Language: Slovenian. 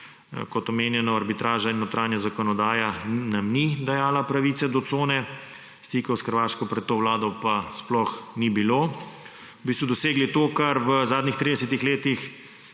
kot omenjeno, arbitraža in notranja zakonodaja nam ni dajala pravice do cone, stikov s Hrvaško pred to vlado pa sploh ni bilo. V bistvu smo dosegli to, kar v zadnjih 30 letih